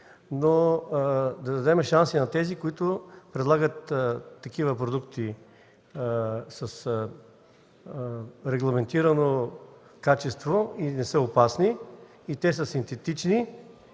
да дадем шанс на тези, които предлагат продукти с регламентирано качество, не са опасни и те са синтетични.